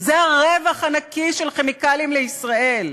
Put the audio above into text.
זה הרווח הנקי של "כימיקלים לישראל".